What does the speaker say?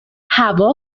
هوا